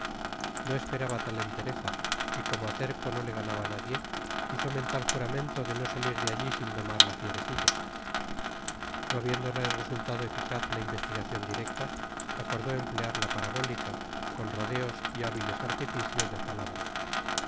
no esperaba tal entereza y como a terco no le ganaba nadie hizo mental juramento de no salir de allí sin domar la fierecilla no habiéndole resultado eficaz la investigación directa acordó emplear la parabólica con rodeos y hábiles artificios de palabra